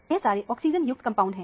यह सारे ऑक्सीजन युक्त कंपाउंड है